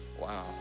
wow